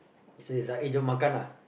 so it's like eh jom makan ah